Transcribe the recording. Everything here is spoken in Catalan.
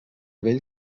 vell